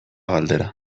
galdera